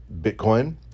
Bitcoin